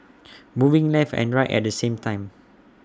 moving left and right at the same time